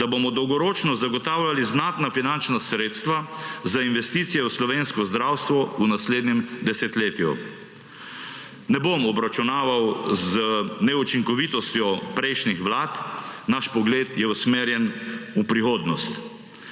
da bomo dolgoročno zagotavljali znatna finančna sredstva za investicije v slovensko zdravstvo v naslednjem desetletju. Ne bom obračunaval z neučinkovitostjo prejšnjih vlad, naš pogled je usmerjen v prihodnost.